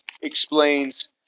explains